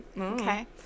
Okay